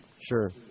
Sure